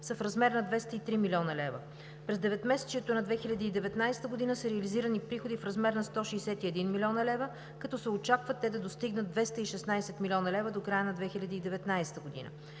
са в размер на 203 млн. лв. През деветмесечието на 2019 г. са реализирани приходи в размер на 161 млн. лв., като се очаква те да достигнат 216 млн. лв. до края на 2019 г.